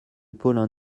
paulin